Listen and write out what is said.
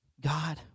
God